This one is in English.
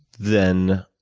then,